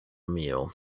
meal